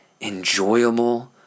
enjoyable